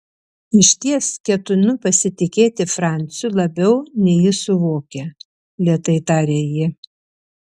išties ketinu pasitikėti franciu labiau nei jis suvokia lėtai tarė ji